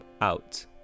out